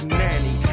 nanny